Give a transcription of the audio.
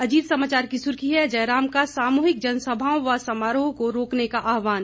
अजीत समाचार की सुर्खी है जयराम का सामूहिक जनसभाओं व समारोह को रोकने का आहवान